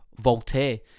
Voltaire